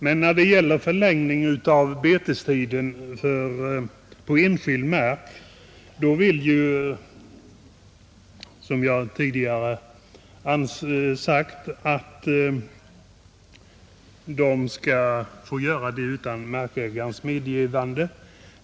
Men när det gäller förlängning av betestiden på enskild mark vill utskottsmajoriteten, som jag tidigare har sagt, att den skall få ske utan markägarens medgivande.